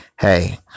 hey